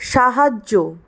সাহায্য